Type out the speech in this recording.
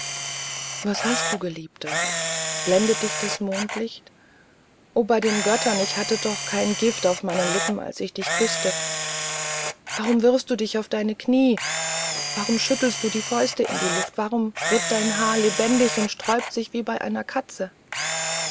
was hast du geliebter blendet dich das mondlicht o bei den göttern ich hatte doch kein gift auf meinen lippen als ich dich küßte warum wirfst du dich auf deine knie warum schüttelst du die fäuste in die luft warum wird dein haar lebendig und sträubt sich wie bei einer katze